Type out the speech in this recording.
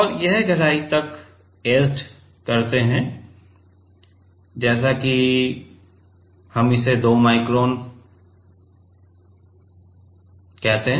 और यह गहराई तक ऐचेड करते है जिसे हम कहते हैं हम इसे 2 माइक्रोन कहते हैं